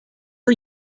are